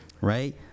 right